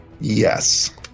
yes